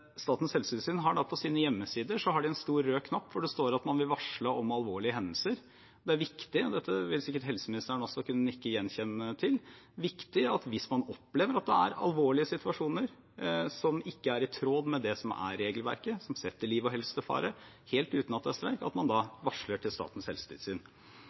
Statens helsetilsyn på sine hjemmesider har en stor rød knapp hvor det står at man kan varsle om alvorlige hendelser. Det er viktig – og dette vil sikkert også helseministeren kunne nikke gjenkjennende til – at man varsler Statens helsetilsyn hvis man opplever alvorlige situasjoner som ikke er i tråd med regelverket, og som setter liv og helse i fare. Det blir også sagt at